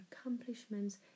accomplishments